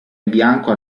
bianco